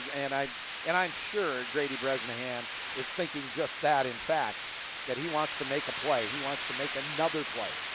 and i'm and i'm sure grady bresnahan is thinking just that in fact that he wants to make a play. he wants to make another play.